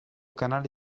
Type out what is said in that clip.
canale